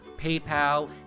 paypal